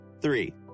three